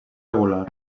regular